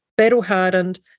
battle-hardened